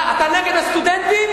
אתה נגד הסטודנטים?